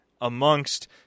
amongst